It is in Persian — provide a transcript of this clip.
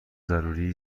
ضروری